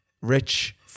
Rich